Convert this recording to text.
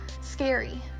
scary